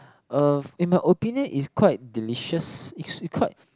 uh in my opinion is quite delicious it is quite